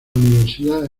universidad